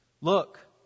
Look